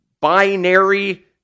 binary